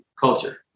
culture